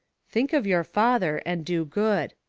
think of your father and do good.